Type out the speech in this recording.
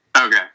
Okay